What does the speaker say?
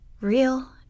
Real